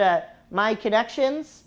to my connections